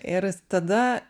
ir tada